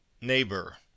neighbor